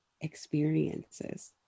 experiences